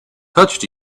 touched